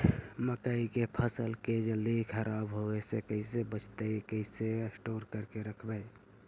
मकइ के फ़सल के जल्दी खराब होबे से कैसे बचइबै कैसे स्टोर करके रखबै?